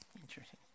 interesting